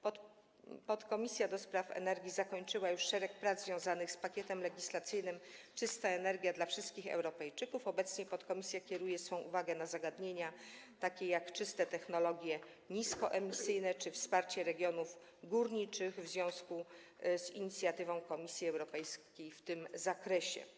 Podkomisja do spraw energii zakończyła już szereg prac związanych z pakietem legislacyjnym „Czysta energia dla wszystkich Europejczyków” i obecnie kieruje swą uwagę na takie zagadnienia, jak czyste technologie niskoemisyjne czy wsparcie regionów górniczych w związku z inicjatywą Komisji Europejskiej w tym zakresie.